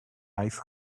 ice